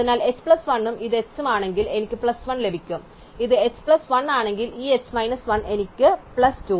അതിനാൽ h plus 1 ഉം ഇത് h ഉം ആണെങ്കിൽ എനിക്ക് പ്ലസ് 1 ലഭിക്കും ഇത് h പ്ലസ് 1 ആണെങ്കിൽ ഈ h മൈനസ് 1 എനിക്ക് പ്ലസ് 2